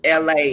la